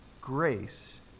grace